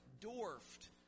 dwarfed